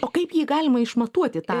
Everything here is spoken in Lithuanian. o kaip jį galima išmatuoti